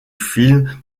film